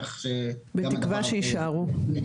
כך ש- -- בתקווה שיישארו,